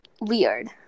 weird